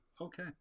okay